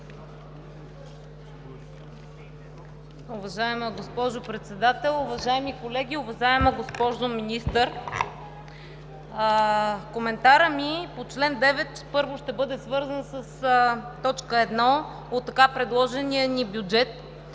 Уважаема госпожо Председател, уважаеми колеги, уважаема госпожо Министър! Коментарът ми е по чл. 9, първо, и ще бъде свързан с т. 1 от така предложения ни бюджет.